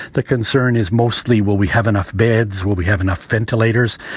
the concern is mostly, will we have enough beds? will we have enough ventilators?